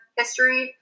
history